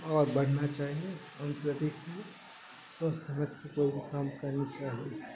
اور بڑھنا چاہیے ہم سبھی کو سوچ سمجھ کے کوئی بھی کام کرنی چاہیے